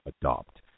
adopt